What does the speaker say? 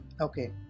Okay